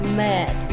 mad